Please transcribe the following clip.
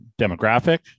demographic